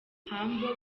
humble